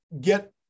get